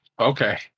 Okay